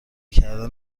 کردن